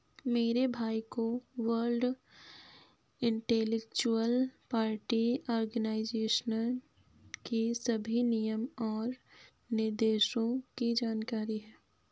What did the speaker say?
मेरे भाई को वर्ल्ड इंटेलेक्चुअल प्रॉपर्टी आर्गेनाईजेशन की सभी नियम और निर्देशों की जानकारी है